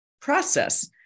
process